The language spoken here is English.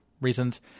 reasons